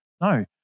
No